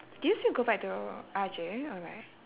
do you still go back to R_J or like